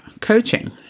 coaching